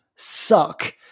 suck